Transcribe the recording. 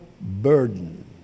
burden